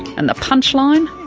and the punch line?